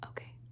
Okay